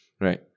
Right